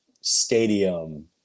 stadium